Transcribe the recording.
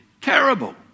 Terrible